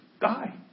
die